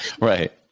right